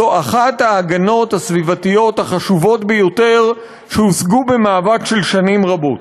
זו אחת ההגנות הסביבתיות החשובות ביותר שהושגו במאבק של שנים רבות.